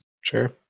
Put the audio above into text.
Sure